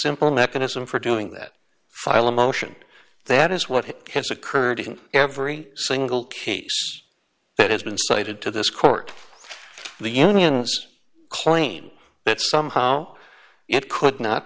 simple mechanism for doing that file a motion that is what has occurred in every single case that has been cited to this court the union's claim that somehow it could not